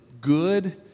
good